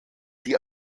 die